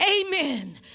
Amen